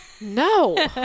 no